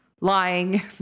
lying